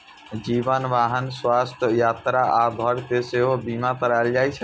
जीवन, वाहन, स्वास्थ्य, यात्रा आ घर के सेहो बीमा कराएल जाइ छै